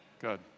good